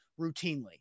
routinely